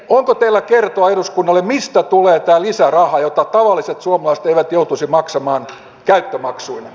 onko teillä kertoa eduskunnalle mistä tulee tämä lisäraha jota tavalliset suomalaiset eivät joutuisi maksamaan käyttömaksuina